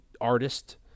artist